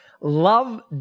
love